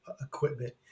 equipment